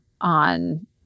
on